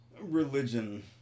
religion